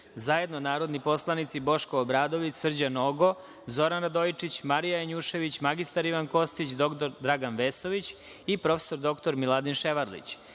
zajedno narodni poslanici Boško Obradović, Srđan Nogo, Zoran Radojičić, Marija Janjušević, mr Ivan Kostić, dr Dragan Vesović i prof. dr Miladin Ševarlić,